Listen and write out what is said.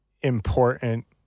important